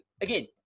again